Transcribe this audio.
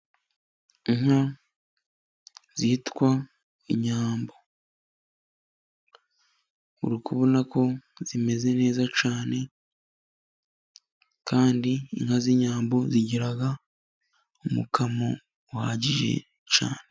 Inka zitwa inyambo. Uri kubona ko zimeze neza cyane, kandi inka z'inyambo zigira umukamo uhagije cyane.